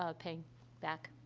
ah paying back?